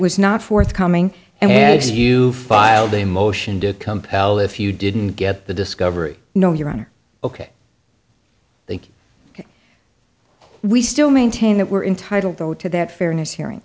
was not forthcoming and as you filed a motion to compel if you didn't get the discovery no your honor ok thank we still maintain that we're entitled to that fairness hearing